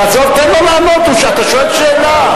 עזוב, תן לו לענות, אתה שואל שאלה.